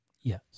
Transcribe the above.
Yes